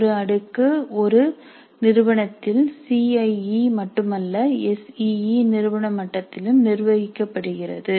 ஒரு அடுக்கு 1 நிறுவனத்தில் சி ஐஇ மட்டுமல்ல எஸ்இஇ நிறுவன மட்டத்திலும் நிர்வகிக்கப்படுகிறது